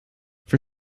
for